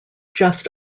just